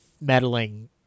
meddling